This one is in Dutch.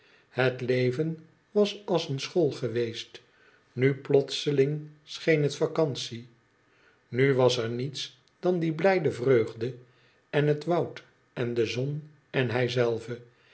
het leven was als een school geweest nu plotseling scheen het vacantie nu was er niets dan die blijde vreugde en het woud en de zon en hijzelve